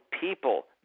people